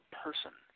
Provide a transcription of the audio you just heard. person